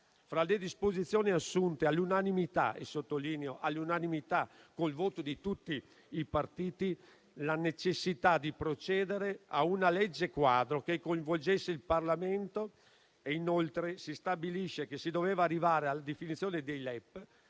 Fra le disposizioni assunte all'unanimità - lo sottolineo: con il voto di tutti i partiti - c'era la necessità di procedere a una legge quadro, che coinvolgesse il Parlamento; inoltre, si è stabilito che si sarebbe dovuti arrivare alla definizione dei LEP